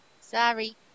Sorry